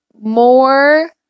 more